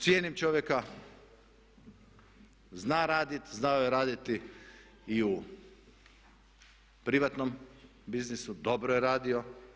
Cijenim čovjeka, zna raditi, znao je raditi i u privatnom biznisu, dobro je radio.